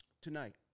Tonight